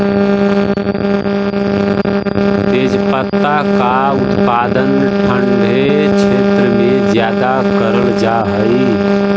तेजपत्ता का उत्पादन ठंडे क्षेत्र में ज्यादा करल जा हई